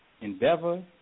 endeavor